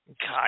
God